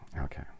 Okay